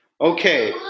Okay